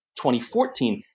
2014